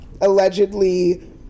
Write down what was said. allegedly